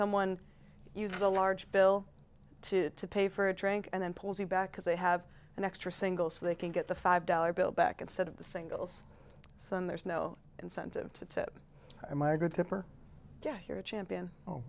someone uses a large bill to pay for a drink and then pulls you back because they have an extra single so they can get the five dollar bill back instead of the singles son there's no incentive to tip my good tip or get here a champion oh